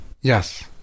Yes